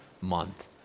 month